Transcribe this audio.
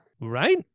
right